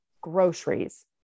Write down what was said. groceries